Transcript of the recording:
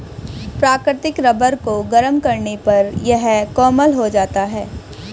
प्राकृतिक रबर को गरम करने पर यह कोमल हो जाता है